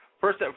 First